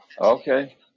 Okay